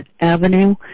avenue